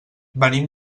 venim